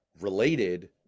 related